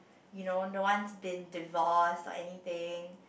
you know no one's been divorced or anything